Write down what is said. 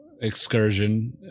Excursion